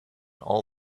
all